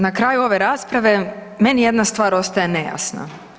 Na kraju ove rasprave, meni jedna stvar ostaje nejasna.